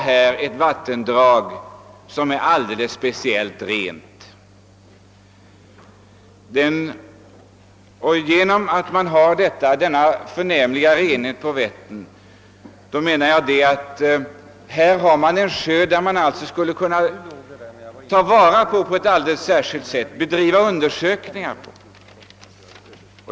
Vättern är på grund av vattnets förnämliga renligbet en sjö som man borde ta vara på för undersökningar.